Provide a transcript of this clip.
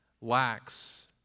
lacks